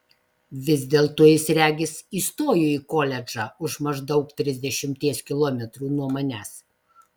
vis dėlto jis regis įstojo į koledžą už maždaug trisdešimties kilometrų nuo manęs